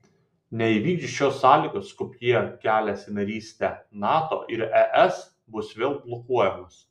neįvykdžius šios sąlygos skopjė kelias į narystę nato ir es bus vėl blokuojamas